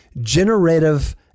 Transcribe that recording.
generative